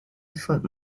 food